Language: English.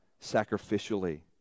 sacrificially